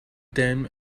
them